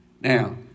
Now